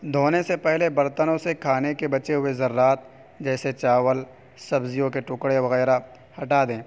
دھونے سے پہلے برتنوں سے کھانے کے بچے ہوئے ذرات جیسے چاول سبزیوں کے ٹکڑے وغیرہ ہٹا دیں